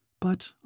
But